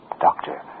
Doctor